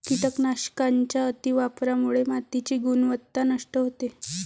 कीटकनाशकांच्या अतिवापरामुळे मातीची गुणवत्ता नष्ट होते